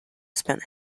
spent